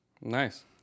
Nice